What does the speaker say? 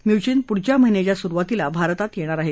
Mnuchin पुढच्या महिन्याच्या सुरुवातीला भारतात येणार आहेत